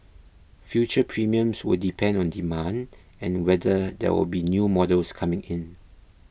future premiums will depend on demand and whether there will be new models coming in